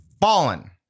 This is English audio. Fallen